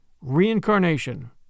reincarnation